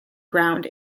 ground